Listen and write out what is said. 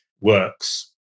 works